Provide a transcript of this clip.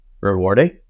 rewarding